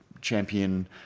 champion